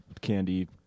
candy